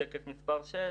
שקף מס' 6